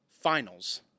finals